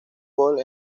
gol